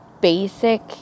basic